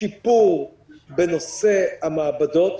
שיפור בנושא המעבדות.